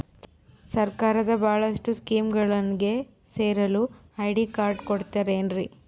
ಸರ್ಕಾರದ ಬಹಳಷ್ಟು ಸ್ಕೇಮುಗಳಿಗೆ ಸೇರಲು ಐ.ಡಿ ಕಾರ್ಡ್ ಕೊಡುತ್ತಾರೇನ್ರಿ?